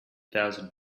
thousand